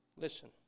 Listen